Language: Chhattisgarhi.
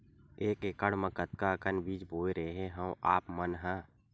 एक एकड़ म कतका अकन बीज बोए रेहे हँव आप मन ह?